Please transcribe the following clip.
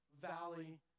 valley